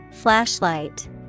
Flashlight